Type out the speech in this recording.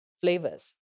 flavors